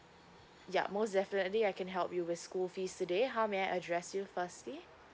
yup most definitely I can help you with school fees today how may I address you firstly